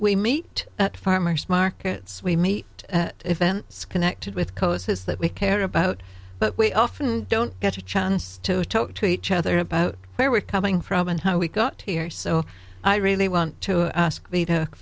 we meet at farmers markets we meet at events connected with coast has that we care about but we often don't get a chance to talk to each other about where we're coming from and how we got here so i really want to ask me to a